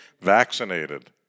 vaccinated